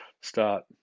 start